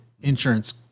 insurance